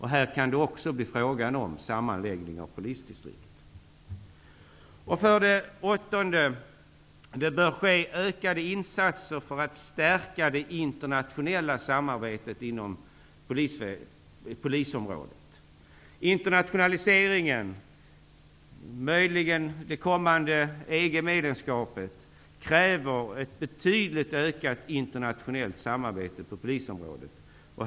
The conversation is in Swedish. Här kan det också bli frågan om sammanläggningar av polisdistrikt. Det bör ske ökade insatser för att stärka det internationella samarbetet på polisområdet. Internationaliseringen och det eventuellt kommande EG-medlemskapet kräver ett betydligt ökat internationellt samarbete på polisområdet.